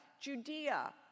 Judea